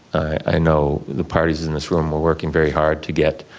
i know the parties in this room are working very hard to get